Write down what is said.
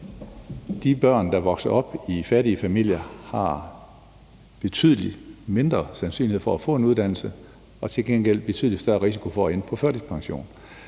de børn, der vokser op i fattige familier, har en betydelig mindre sandsynlighed for at få en uddannelse, men til gengæld har de en betydelig større risiko for at ende på førtidspension.